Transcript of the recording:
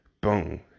boom